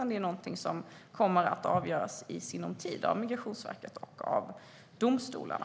Det är någonting som kommer att avgöras i sinom tid av Migrationsverket och av domstolarna.